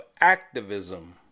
activism